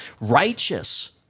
righteous